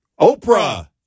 Oprah